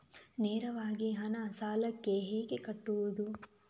ನೇರವಾಗಿ ಹಣ ಸಾಲಕ್ಕೆ ಹೇಗೆ ಕಟ್ಟುವುದು?